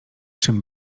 czym